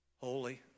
Holy